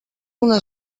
una